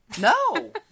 No